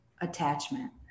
attachment